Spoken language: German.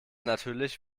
natürlich